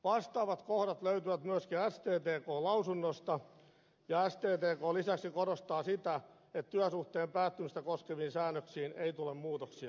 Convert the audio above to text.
vastaavat kohdat löytyvät myöskin sttkn lausunnosta ja sttk lisäksi korostaa sitä että työsuhteen päättymistä koskeviin säännöksiin ei tule muutoksia